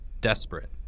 desperate